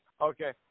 Okay